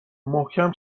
محکم